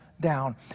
down